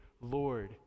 Lord